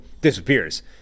disappears